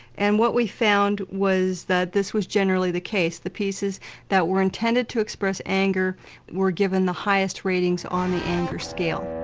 and what we found was that this was generally the case. the pieces that were intended to express anger were given the highest ratings on the anger scale.